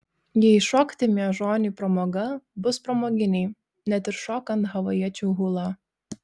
jei šokti miežoniui pramoga bus pramoginiai net ir šokant havajiečių hulą